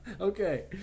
Okay